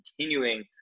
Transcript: continuing